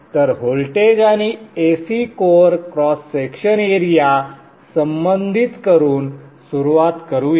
तर व्होल्टेज आणि AC core cross section area संबंधित करून सुरुवात करूया